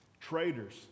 traitors